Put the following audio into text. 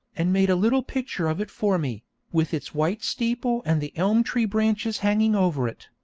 and made a little picture of it for me, with its white steeple and the elm-tree branches hanging over it.